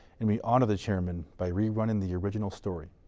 and we honor the chairman by rerunning the original story.